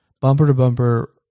bumper-to-bumper